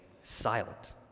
silent